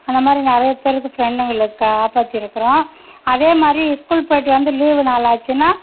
அந்த மாதிரி நிறைய பேருக்கு ஃப்ரெண்டுங்களை காப்பாத்திருக்கிறோம் அதே மாதிரி இஸ்கூல் போயிட்டு வந்து லீவு நாள் ஆச்சுன்னால்